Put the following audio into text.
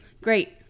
Great